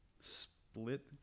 Split